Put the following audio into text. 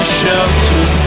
shelter